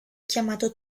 chiamato